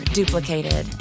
duplicated